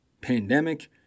pandemic